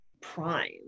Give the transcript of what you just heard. prime